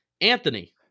Anthony